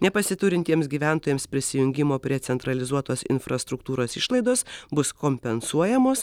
nepasiturintiems gyventojams prisijungimo prie centralizuotos infrastruktūros išlaidos bus kompensuojamos